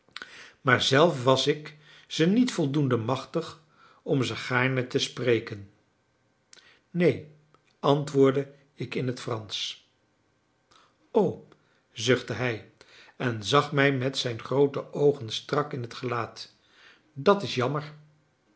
maar zelf was ik ze niet voldoende machtig om ze gaarne te spreken neen antwoordde ik in het fransch o zuchtte hij en zag mij met zijn groote oogen strak in het gelaat dat is jammer